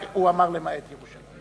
רק, הוא אמר: למעט ירושלים.